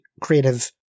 creative